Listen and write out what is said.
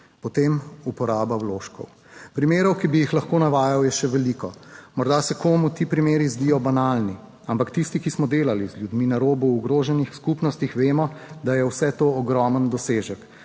potem uporaba vložkov. Primerov, ki bi jih lahko navajal, je še veliko. Morda se komu ti primeri zdijo banalni, ampak tisti, ki smo delali z ljudmi na robu, v ogroženih skupnostih, vemo, da je vse to ogromen dosežek.